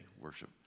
worship